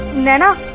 naina,